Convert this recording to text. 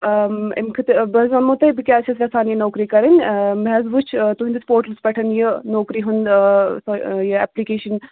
اَمہِ خٲطہٕ بہٕ حظ وَنمو تۄہہِ بہٕ کیٛازِ چھَس یَژھان یہِ نوکری کَرٕنۍ مےٚ حظ وٕچھ تُہٕنٛدِس پوٹلَس پٮ۪ٹھ یہِ نوکری ہُنٛد یہِ اٮ۪پلِکیشَن